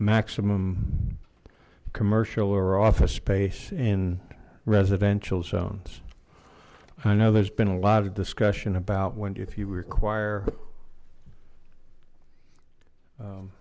maximum commercial or office space in residential zones i know there's been a lot of discussion about wonder if you require